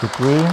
Děkuji.